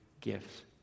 gifts